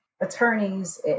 attorneys